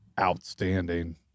outstanding